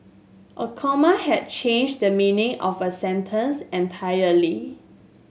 a comma had change the meaning of a sentence entirely